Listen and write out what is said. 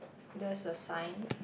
there's a sign